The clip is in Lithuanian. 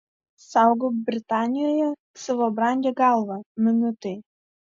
saugok britanijoje savo brangią galvą minutai